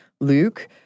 Luke